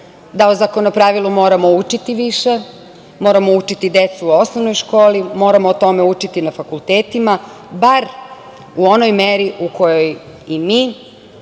da o Zakonopravilu moramo učiti više, moramo učiti decu u osnovnoj školi, moramo o tome učiti na fakultetima, bar u onoj meri u kojoj i mi,